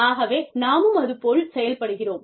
ஆகவே நாமும் அது போல் செயல்படுகிறோம்